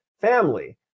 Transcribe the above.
family